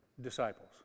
disciples